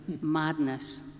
Madness